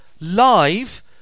live